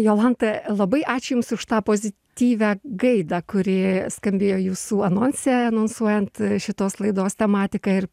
jolanta labai ačiū jums už tą pozityvią gaidą kuri skambėjo jūsų anonse anonsuojant šitos laidos tematiką ir